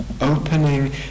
opening